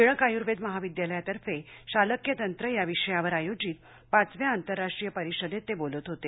टिळक आयुर्वेद महाविद्यालयातर्फे शालक्यतंत्र या विषयावर आयोजित पाचव्या आंतरराष्ट्रीय परिषदेत ते बोलत होते